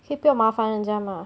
可以不要麻烦人家吗